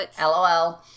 LOL